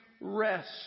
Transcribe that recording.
rest